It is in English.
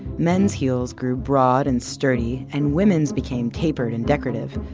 men's heels grew broad and sturdy, and women's became tapered and decorative.